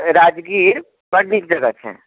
राजगीर बड नीक जगह छै